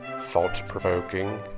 thought-provoking